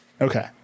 Okay